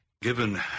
Given